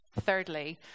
Thirdly